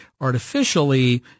artificially